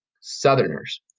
Southerners